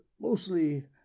Mostly